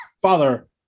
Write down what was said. Father